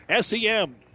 SEM